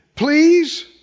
Please